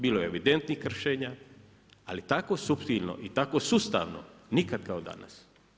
Bilo je evidentnih kršenja, ali tako suptilno i tako sustavno nikad kao danas.